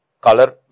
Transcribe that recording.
color